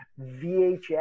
VHS